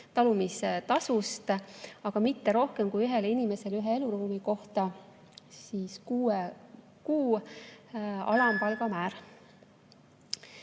talumise tasust, aga mitte rohkem ühele inimesele ühe eluruumi kohta kui kuue kuu alampalga määr.